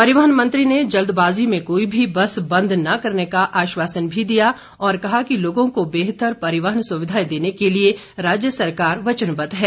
परिवहन मंत्री ने जल्दबाजी में कोई भी बस बंद न करने का आश्वासन भी दिया और कहा कि लोगों को बेहतर परिवहन सुविधाएं देने के लिए राज्य सरकार वचनबद्ध है